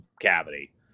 cavity